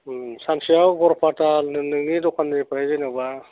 सानसेयाव गरपाता नोंनि दखाननिफ्राय जेन'बा